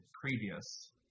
previous